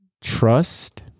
trust